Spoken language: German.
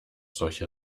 solche